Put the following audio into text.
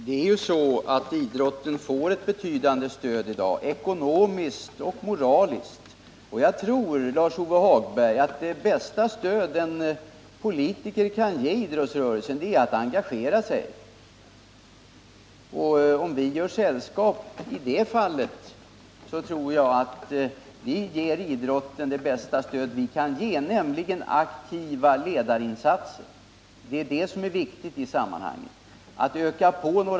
Herr talman! Idrotten får i dag ett betydande ekonomiskt och moraliskt stöd. Jag tror, Lars-Ove Hagberg, att det bästa stöd en politiker kan ge idrottsrörelsen är att engagera sig. Låt oss göra sällskap och ge idrotten det bästa stöd den kan få, nämligen aktiva ledarinsatser. Det är det som är viktigt i sammanhanget.